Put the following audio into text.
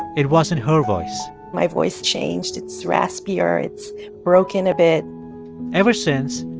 it wasn't her voice my voice changed. its raspier. it's broken a bit ever since,